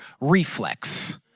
Reflex